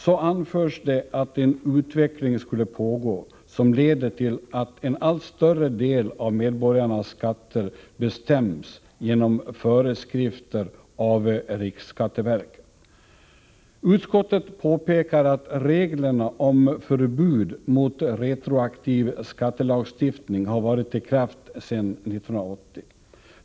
Så anförs det att en utveckling skulle pågå som leder till att en allt större del av medborgarnas skatter bestäms genom föreskrifter av riksskatteverket. Utskottet påpekar att reglerna om förbud mot retroaktiv skattelagstiftning har varit i kraft sedan 1980.